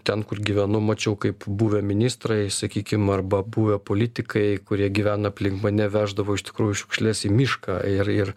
ten kur gyvenu mačiau kaip buvę ministrai sakykim arba buvę politikai kurie gyvena aplink mane veždavo iš tikrųjų šiukšles į mišką ir ir